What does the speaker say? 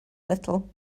little